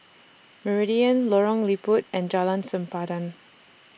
Meridian Lorong Liput and Jalan Sempadan